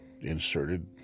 inserted